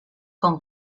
com